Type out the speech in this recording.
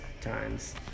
times